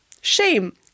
Shame